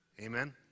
Amen